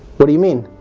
what do you mean?